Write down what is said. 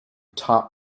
top